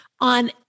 on